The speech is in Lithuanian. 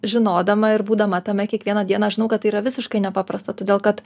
žinodama ir būdama tame kiekvieną dieną aš žinau kad tai yra visiškai nepaprasta todėl kad